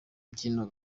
mbyino